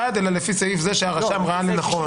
אלא לפי זה ש"הרשם ראה לנכון".